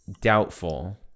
doubtful